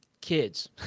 kids